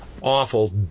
awful